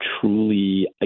truly